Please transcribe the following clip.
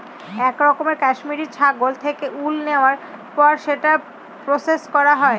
এক রকমের কাশ্মিরী ছাগল থেকে উল নেওয়ার পর সেটা প্রসেস করা হয়